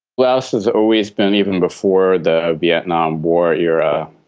laos has always been, even before the vietnam war era,